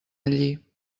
allí